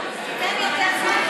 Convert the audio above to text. תיתן יותר זמן.